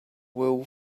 wool